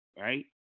right